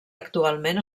actualment